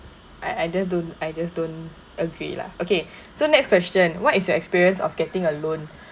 I I just don't I just don't agree lah okay so next question what is your experience of getting a loan